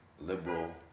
liberal